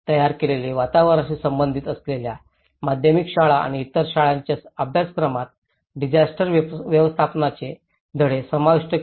तयार केलेल्या वातावरणाशी संबंधित असलेल्या माध्यमिक शाळा आणि इतर शाळांच्या अभ्यासक्रमात डिसास्टर व्यवस्थापनाचे धडे समाविष्ट करणे